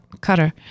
Cutter